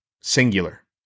singular